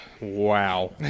Wow